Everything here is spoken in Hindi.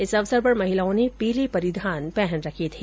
इस अवसर पर महिलाओं ने पीले परिधान पहन रखे थे